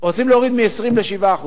רוצים להוריד מ-20% ל-7%.